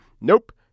Nope